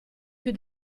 più